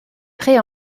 prêt